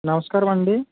నమస్కారం అండి